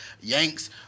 Yanks